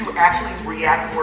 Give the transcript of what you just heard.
actually react